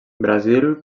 brasil